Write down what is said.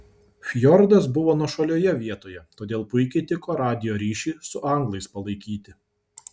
fjordas buvo nuošalioje vietoje todėl puikiai tiko radijo ryšiui su anglais palaikyti